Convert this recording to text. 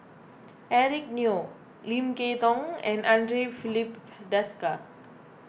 Eric Neo Lim Kay Tong and andre Filipe Desker